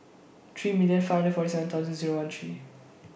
three million five hundred forty seven Zero one three